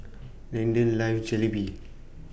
Leander loves Jalebi